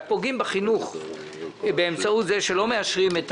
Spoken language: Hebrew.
פוגעים בחינוך באמצעות זה שלא מאשרים את